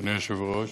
אדוני היושב-ראש,